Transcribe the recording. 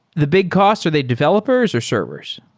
the big cost, are they developers or servers?